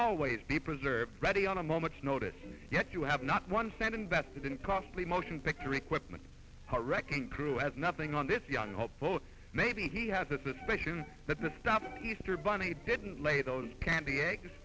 always be preserved ready on a moment's notice yet you have not one cent invested in costly motion picture equipment wrecking crew has nothing on this young hopeful maybe he has a suspicion that the stop easter bunny didn't lay those candy eggs